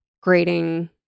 grading